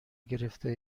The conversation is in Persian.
گرفته